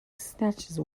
snatches